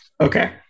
Okay